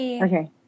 Okay